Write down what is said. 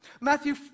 Matthew